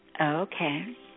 Okay